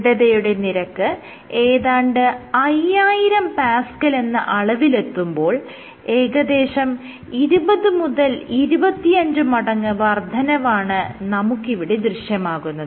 ദൃഢതയുടെ നിരക്ക് ഏതാണ്ട് 5000Pa എന്ന അളവിലെത്തുമ്പോൾ ഏകദേശം 20 മുതൽ 25 മടങ്ങ് വർദ്ധനവാണ് നമുക്ക് ഇവിടെ ദൃശ്യമാകുന്നത്